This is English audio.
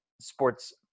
sports